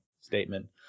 statement